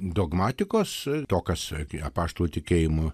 dogmatikos to kas apaštalų tikėjimo